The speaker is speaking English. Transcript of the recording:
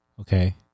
Okay